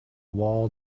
wall